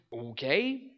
okay